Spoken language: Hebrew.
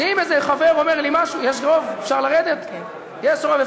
שאם איזה חבר אומר לי משהו, יש רוב?